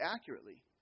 accurately